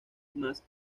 más